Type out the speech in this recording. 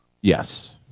Yes